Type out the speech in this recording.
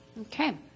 Okay